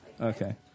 Okay